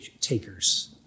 takers